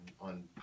on